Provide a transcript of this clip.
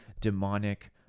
demonic